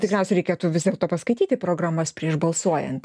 tikriausiai reikėtų vis dėlto paskaityti programas prieš balsuojant